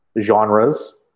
genres